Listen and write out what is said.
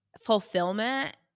fulfillment